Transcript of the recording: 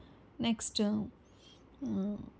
next